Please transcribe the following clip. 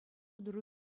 тӑру